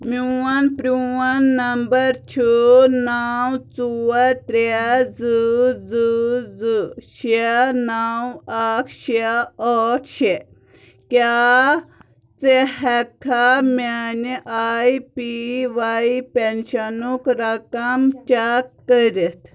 میون پرٛون نمبر چھُ نَو ژور ترٛےٚ زٕ زٕ زٕ شےٚ نَو اَکھ شےٚ ٲٹھ شےٚ کیٛاہ ژٕ ہٮ۪ککھا میٛانہِ آی پی واے پٮ۪نشنُک رقم چک کٔرتھ